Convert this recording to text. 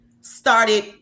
started